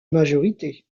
majorité